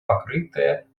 покрытое